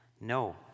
No